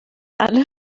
alle